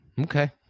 Okay